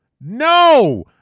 No